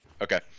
Okay